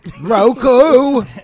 Roku